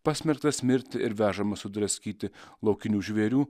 pasmerktas mirti ir vežamas sudraskyti laukinių žvėrių